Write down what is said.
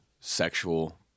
sexual